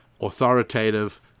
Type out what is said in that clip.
authoritative